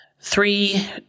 three